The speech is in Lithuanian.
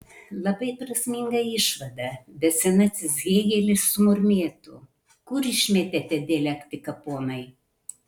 labai prasminga išvada bet senasis hėgelis sumurmėtų kur išmetėte dialektiką ponai